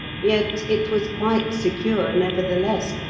yet it was quite secure, nevertheless,